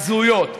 הזויות,